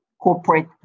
corporate